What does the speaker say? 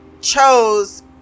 chose